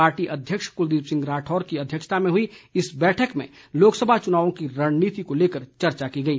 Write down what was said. party अध्यक्ष कुलदीप सिंह राठौर की अध्यक्षता में हुई इस बैठक में लोकसभा चुनाव की रणनीति को लेकर चर्चा की गई